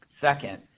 Second